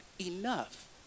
enough